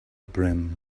brim